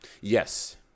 yes